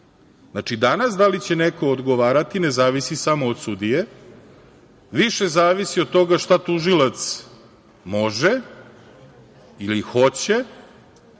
Znači, danas da li će neko odgovarati ne zavisi samo od sudije, više zavisi od toga šta tužilac može ili hoće,